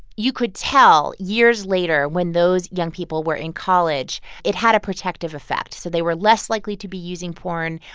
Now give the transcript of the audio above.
you could tell, years later, when those young people were in college, it had a protective effect. so they were less likely to be using porn.